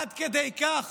עד כדי כך